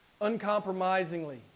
Uncompromisingly